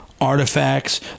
Artifacts